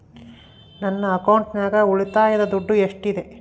ನನ್ನ ಅಕೌಂಟಿನಾಗ ಉಳಿತಾಯದ ದುಡ್ಡು ಎಷ್ಟಿದೆ?